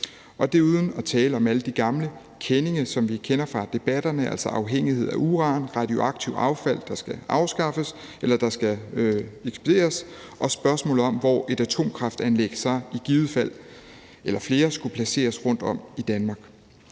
Det er uden at tale om alle de gamle kendinge, som vi kender fra debatterne, altså afhængighed af uran, radioaktivt affald, der skal ekspederes, og spørgsmålet om, hvor et eller flere atomkraftanlæg så i givet fald skulle placeres rundtom i Danmark.